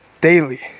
daily